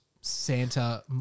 Santa